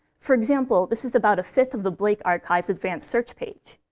for example, this is about a fifth of the blake archive's advanced search page.